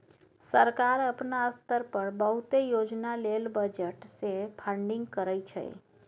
सरकार अपना स्तर पर बहुते योजना लेल बजट से फंडिंग करइ छइ